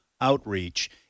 outreach